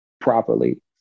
properly